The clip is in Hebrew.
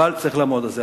אבל צריך לעמוד על זה.